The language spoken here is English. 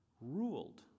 ruled